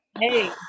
Hey